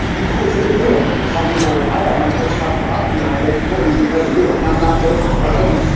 it's it's a big deal. you know some people, i had my first cup of coffee in my late forty s because of you. and i'm not joking wow i couldn't